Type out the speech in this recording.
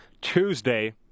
Tuesday